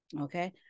Okay